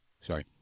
Sorry